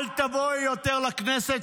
אל תבואי יותר לכנסת,